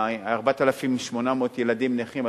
4,800 ילדים נכים,